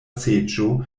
seĝo